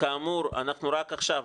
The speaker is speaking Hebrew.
כאמור אנחנו רק עכשיו,